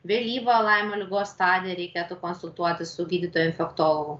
vėlyvą laimo ligos stadiją reikėtų konsultuotis su gydytoju infektologu